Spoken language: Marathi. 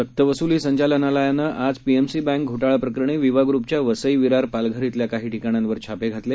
सक्तवस्लीसंचालनालयानंआजपीएमसीबँकघोटाळाप्रकरणीविवाग्र्पच्यावसई विरार पालघरइथल्याकाहीठिकाणांवरछापेघातले